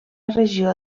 regió